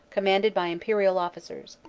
commanded by imperial officers.